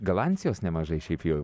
galancijos nemažai šiaip jau